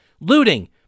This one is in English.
looting